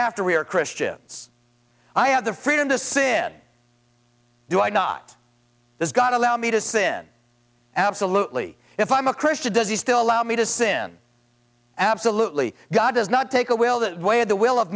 after we're christians i have the freedom to sin do i not this god allow me to sin absolutely if i'm a christian does he still allow me to sin absolutely god does not take away all the way of the will of